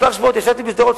כמה שבועות ישבתי בשדרות,